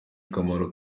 akamaro